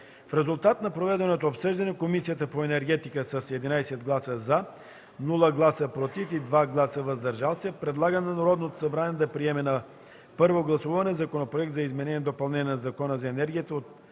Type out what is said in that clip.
В резултат на проведеното обсъждане Комисията по енергетика с 11 гласа „за”, без „против” и с 2 гласа „въздържали се” предлага на Народното събрание да приеме на първо гласуване Законопроект за изменение и допълнение на Закона за енергията от